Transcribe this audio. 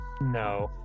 no